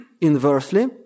Inversely